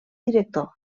director